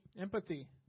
Empathy